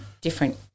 different